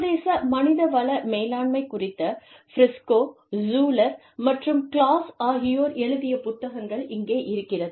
சர்வதேச மனித வள மேலாண்மை குறித்த பிரிஸ்கோ ஷூலர் மற்றும் கிளாஸ் ஆகியோர் எழுதிய புத்தகங்கள் இங்கே இருக்கிறது